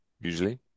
usually